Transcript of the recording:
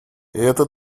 это